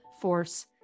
force